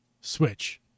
Switch